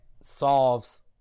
solves